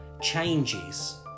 changes